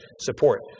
support